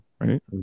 right